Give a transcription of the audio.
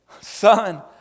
Son